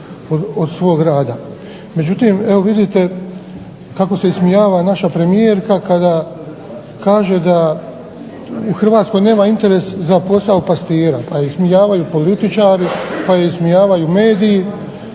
Međutim, evo vidite kako se ismijava naša premijerka kada kaže da u HRvatskoj nema interesa za posao pastira, pa je ismijavaju političari, pa je ismijavaju mediji,